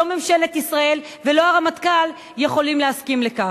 לא ממשלת ישראל ולא הרמטכ"ל יכולים להסכים לכך.